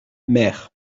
mer